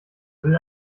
will